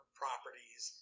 properties